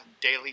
daily